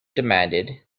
demanded